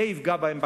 זה יעלה להם בכיס,